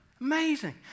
Amazing